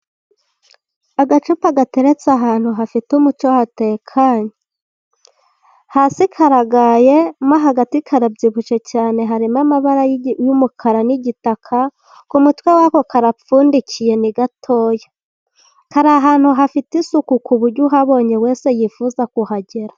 Agacupa gateretse ahantu hafite umucyo hatekanye. Hasi karagaye, mo hagati karabyibushye cyane, harimo amabara y'umukara n'igitaka. Ku mutwe wako karapfundikiye ni gatoya. Kari ahantu hafite isuku ku buryo uhabonye wese yifuza kuhagera.